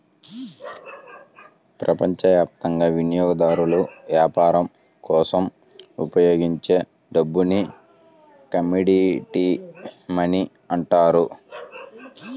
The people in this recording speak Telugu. ప్రపంచవ్యాప్తంగా వినియోగదారులు వ్యాపారం కోసం ఉపయోగించే డబ్బుని కమోడిటీ మనీ అంటారు